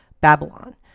Babylon